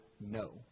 no